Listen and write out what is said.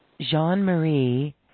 Jean-Marie